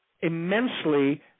immensely